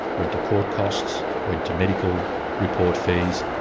went to court costs, went to medical report fees,